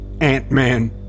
Ant-Man